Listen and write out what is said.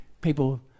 people